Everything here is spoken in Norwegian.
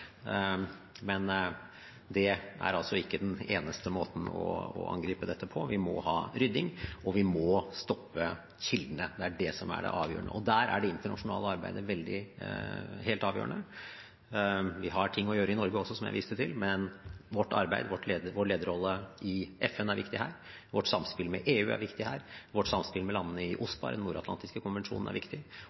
men det er altså ikke den eneste måten å angripe dette på. Vi må ha rydding, og vi må stoppe kildene – det er det som er det avgjørende – og der er det internasjonale arbeidet helt avgjørende. Vi har ting å gjøre i Norge også, som jeg viste til, men vårt arbeid, vår lederrolle, i FN er viktig her, vårt samspill med EU er viktig her, vårt samspill med landene i OSPAR, den nordatlantiske konvensjonen, er viktig,